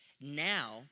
now